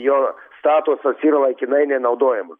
jo statusas yra laikinai nenaudojamas